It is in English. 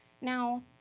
Now